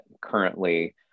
currently